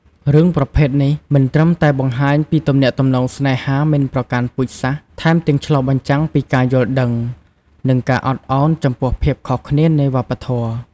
រឿងប្រភេទនេះមិនត្រឹមតែបង្ហាញពីទំនាក់ទំនងស្នេហាមិនប្រកាន់ពូជសាស្រ្ត ថែមទាំងឆ្លុះបញ្ចាំងពីការយល់ដឹង និងការអត់ឱនចំពោះភាពខុសគ្នានៃវប្បធម៌ ។